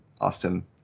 Austin